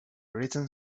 written